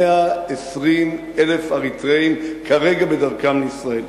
ש-120,000 אריתריאים כרגע בדרכם לישראל.